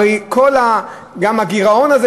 הרי גם הגירעון הזה,